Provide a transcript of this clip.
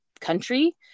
country